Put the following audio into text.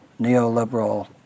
neoliberal